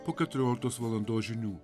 po keturioliktos valandos žinių